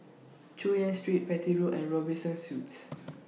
Chu Yen Street Petir Road and Robinson Suites